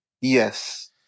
yes